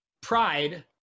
Pride